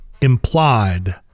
implied